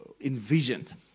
envisioned